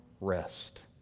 rest